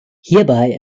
hierbei